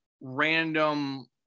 random